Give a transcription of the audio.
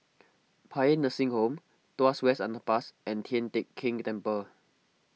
Paean Nursing Home Tuas West Underpass and Tian Teck Keng Temple